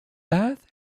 bath